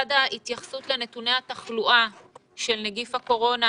לצד ההתייחסות לנתוני התחלואה של נגיף הקורונה,